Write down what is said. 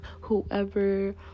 whoever